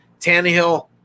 Tannehill